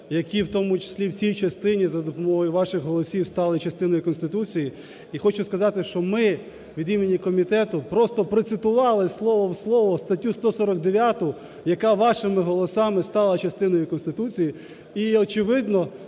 числі в цій частині за допомогою ваших голосів стали частиною Конституції. І хочу сказати, що ми від імені комітету просто процитували слово в слово статтю 149, яка вашими голосами стала частиною Конституції. І очевидно